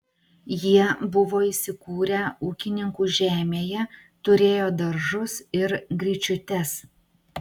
jie buvo įsikūrę ūkininkų žemėje turėjo daržus ir gryčiutes